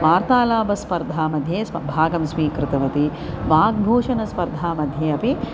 वार्तालापस्पर्धामध्ये स्व भागं स्वीकृतवती वाग्भूषणस्पर्धामध्ये अपि